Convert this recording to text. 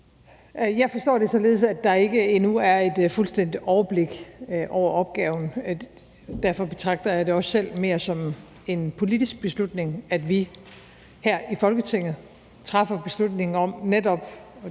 Jeg forstår det således, at der endnu ikke er et fuldstændigt overblik over opgaven. Derfor betragter jeg det også selv mere som en politisk beslutning, altså at vi her i Folketinget træffer beslutningen – og